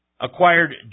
acquired